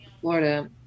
Florida